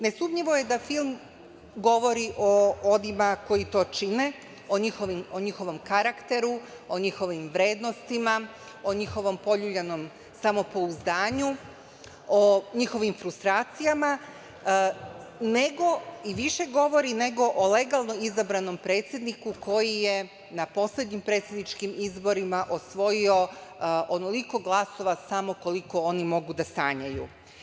Nesumnjivo je da film govori o onima koji to čine, o njihovom karakteru, o njihovim vrednostima, o njihovom poljuljanom samopouzdanju, o njihovim frustracijama, nego o legalno izabranom predsedniku koji je na poslednjim predsedničkim izborima osvojio onoliko glasova, samo koliko oni mogu da sanjaju.